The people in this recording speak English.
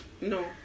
no